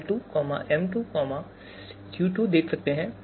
और आप l2 m2 और u2 देख सकते हैं